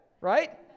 right